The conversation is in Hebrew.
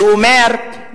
שאומר,